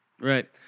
Right